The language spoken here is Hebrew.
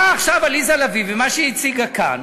באה עכשיו עליזה לביא, ומה שהיא הציגה כאן,